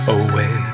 away